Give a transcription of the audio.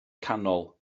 canol